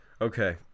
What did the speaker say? Okay